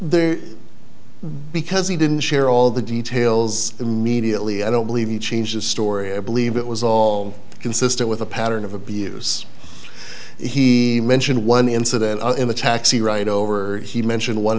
there because he didn't share all the details immediately i don't believe he changed his story i believe it was all consistent with a pattern of abuse he mentioned one incident in the taxi ride over he mentioned one